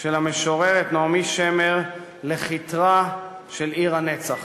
של המשוררת נעמי שמר לכתרה של עיר הנצח.